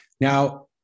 Now